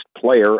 player